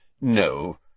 No